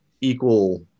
equal